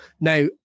Now